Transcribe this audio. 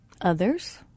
Others